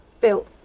built